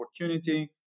opportunity